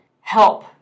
help